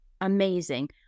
Amazing